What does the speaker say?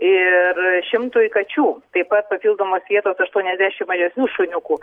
ir šimtui kačių taip pat papildomas vietos aštuoniasdešimt mažesnių šuniukų